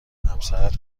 همسرت